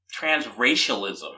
Transracialism